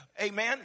Amen